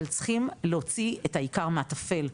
אבל צריכים להוציא את העיקר מהתפל,